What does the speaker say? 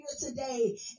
today